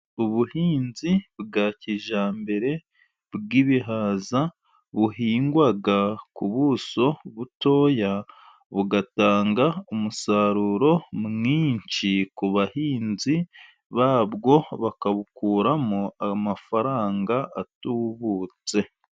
Ubuhinzi bwa kijyambere bw'ibihaza buhingwa ku buso butoya, bugatanga umusaruro mwinshi ku bahinzi babwo, bakabukuramo amafaranga atubutse.